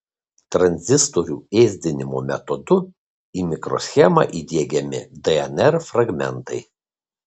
tranzistorių ėsdinimo metodu į mikroschemą įdiegiami dnr fragmentai